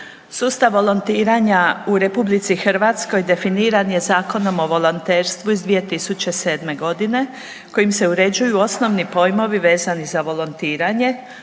Sustav volontiranja u RH definiran je Zakonom o volonterstvu iz 2007.g. kojim se uređuju osnovni pojmovi vezani za volontiranje,